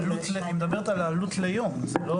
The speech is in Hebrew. היא מדברת על העלות ליום, זה לא על מספר הימים.